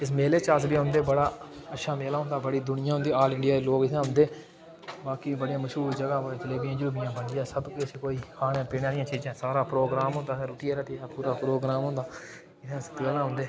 इस मेले च अस बी औंदे बड़ा अच्छा मेला होंदा बड़ी दुनिया होंदी ऑल इंडिया दा लोक इत्थै औंदे बाकी बड़ियां मश्हूर जगह्ं जलेबियां जलूबियां बनदियां सबकिश कोई खाने पीने आह्लियां चीजां सारा प्रोग्राम होंदा इत्थै रुट्टिये रट्टियै दा पूरा प्रोग्राम होंदा इत्थै अस तां औंदे